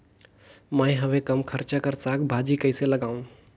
मैं हवे कम खर्च कर साग भाजी कइसे लगाव?